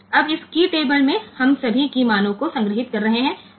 હવે આમ આ કી ટેબલ માં આપણે બધી કી વેલ્યુ સ્ટોર કરી રહ્યા છીએ